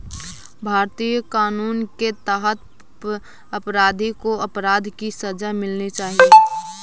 भारतीय कानून के तहत अपराधी को अपराध की सजा मिलनी चाहिए